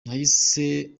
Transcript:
yahise